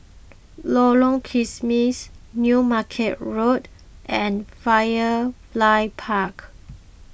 Lorong Kismis New Market Road and Firefly Park